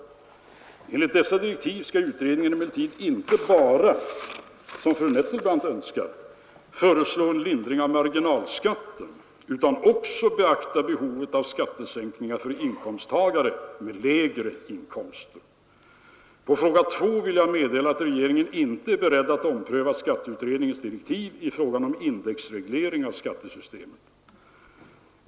Enligt dessa direktiv skall utredningen emellertid inte bara — som fru Nettelbrandt önskar — föreslå en lindring av marginalskatten utan också beakta behovet av skattesänkningar för inkomsttagare med lägre inkomster. På fråga 2 vill jag meddela att regeringen inte är beredd att ompröva skatteutredningens direktiv i fråga om indexreglering av skattesystemet.